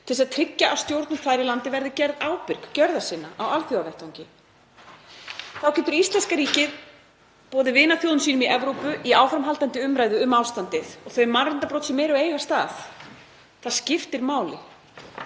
til að tryggja að stjórnvöld þar í landi verði gerð ábyrg gjörða sinna á alþjóðavettvangi. Þá getur íslenska ríkið boðið vinaþjóðum sínum í Evrópu í áframhaldandi umræðu um ástandið og þau mannréttindabrot sem eru að eiga sér stað. Það skiptir máli.